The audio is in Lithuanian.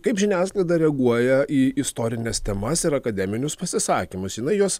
kaip žiniasklaida reaguoja į istorines temas ir akademinius pasisakymus jinai juos